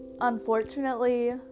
Unfortunately